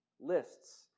lists